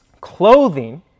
Clothing